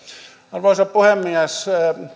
arvoisa puhemies